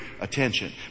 attention